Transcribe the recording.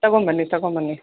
ತಗೋಂಬನ್ನಿ ತಗೋಂಬನ್ನಿ